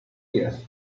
years